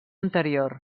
anterior